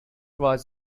was